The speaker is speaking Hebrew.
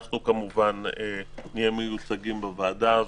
אנחנו נהיה מיוצגים בוועדה הזו,